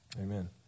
Amen